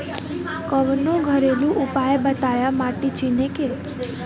कवनो घरेलू उपाय बताया माटी चिन्हे के?